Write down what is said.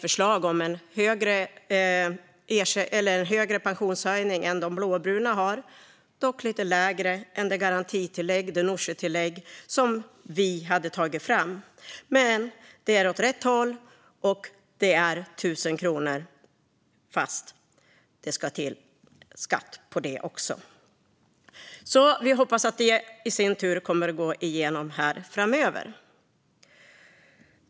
Regeringens pensionshöjning än högre än de blåbrunas men lite lägre än det garantitillägg, det Nooshitillägg, vi hade tagit fram. Men det går åt rätt håll, och det är på 1 000 kronor - dock minus skatt. Vi hoppas att det förslaget går igenom.